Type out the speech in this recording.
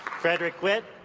frederick whitt,